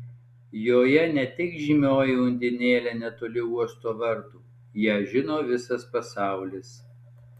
joje ne tik žymioji undinėlė netoli uosto vartų ją žino visas pasaulis